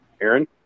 Aaron